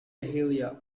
dahlia